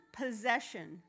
possession